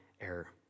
error